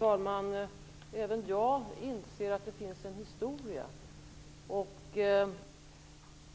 Herr talman! Även jag inser att det finns en historia.